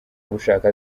ushaka